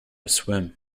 swim